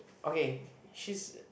okay she's